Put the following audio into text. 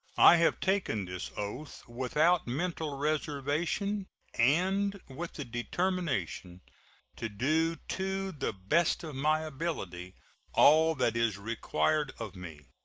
i have taken this oath without mental reservation and with the determination to do to the best of my ability all that is required of me.